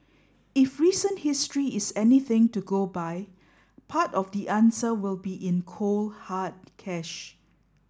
if recent history is anything to go by part of the answer will be in cold hard cash